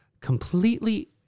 completely